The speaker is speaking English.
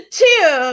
two